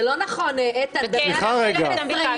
זה לא נכון, איתן, זה 112 יום.